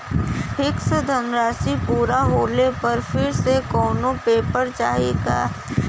Fix धनराशी पूरा होले पर फिर से कौनो पेपर चाही का?